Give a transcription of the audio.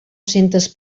centes